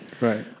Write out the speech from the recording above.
right